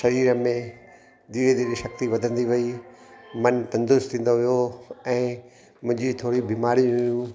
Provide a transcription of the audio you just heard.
शरीर में धीरे धीरे शक्ति वधंदी वई मनु तंदुरुस्तु थींदो वियो ऐं मुंहिंजी थोरी बीमारियूं हुयूं